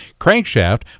crankshaft